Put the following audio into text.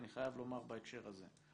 אני חייב לומר בהקשר הזה.